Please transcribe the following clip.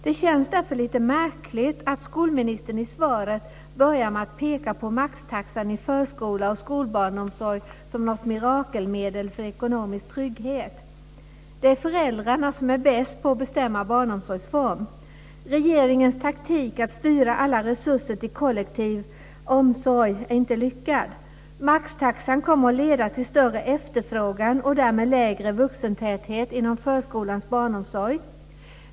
Det känns därför lite märkligt att skolministern i svaret börjar med att peka på maxtaxan i förskola och skolbarnomsorg som något mirakelmedel för ekonomisk trygghet. Det är föräldrarna som är bäst på att bestämma barnomsorgsform. Regeringens taktik att styra alla resurser till kollektiv omsorg är inte lyckad. Maxtaxan kommer att leda till större efterfrågan och därmed lägre vuxentäthet inom förskolans barnomsorg.